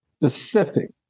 specific